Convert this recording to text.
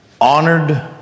honored